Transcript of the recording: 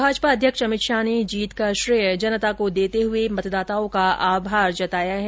भाजपा अध्यक्ष अमित शाह ने जीत का श्रेय जनता को देते हुए मतदाताओं का आभार जताया है